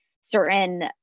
certain